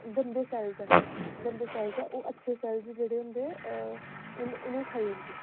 गंदे सेल्स ऐ गंदे सेल्स ऐ ओह् अच्छे सेल्स जेह्ड़े होंदे उ'नें उ'नेंगी खाई ओड़दे